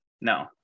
no